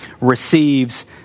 receives